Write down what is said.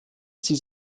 sie